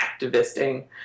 activisting